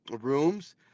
rooms